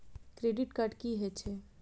Credit card की हे छे?